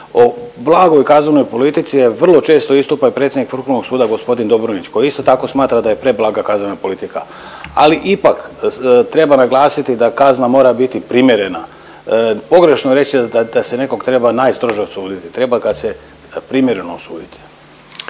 O blagoj kaznenoj politici vrlo često istupa i predsjednik Vrhovnog suda gospodin Dobronić koji isto tako smatra da je preblaga kaznena politika, ali ipak treba naglasiti da kazna treba biti primjerna. Pogrešno je reći da se nekog treba najstrože osuditi treba ga se primjereno osuditi.